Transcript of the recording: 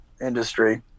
industry